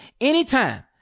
anytime